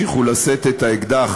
העובדה שהם ימשיכו לשאת את האקדח,